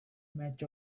match